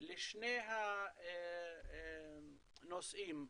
לשני הנושאים,